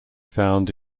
found